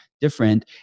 different